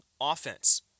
offense